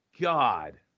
God